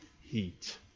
heat